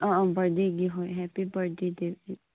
ꯑꯪ ꯑꯪ ꯕꯥꯔꯊ ꯗꯦꯒꯤ ꯍꯣꯏ ꯍꯦꯞꯄꯤ ꯕꯥꯔꯠ ꯗꯦꯒꯤ ꯒꯤꯐ